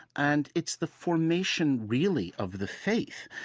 and it's the formation, really, of the faith.